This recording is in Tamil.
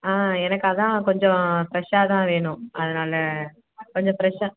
ஆ எனக்கு அதான் கொஞ்சம் ஃப்ரெஷ்ஷாக தான் வேணும் அதனால் கொஞ்சம் ஃப்ரெஷ்ஷாக